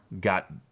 got